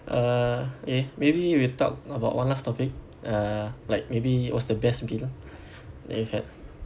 uh okay maybe we talk about one last topic uh like maybe what's the best meal that you've had